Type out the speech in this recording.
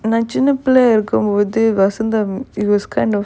நா சின்ன புள்ளயா இருக்கும்போது:naa chinna pullayaa irukkumpothu vasantham it was kind of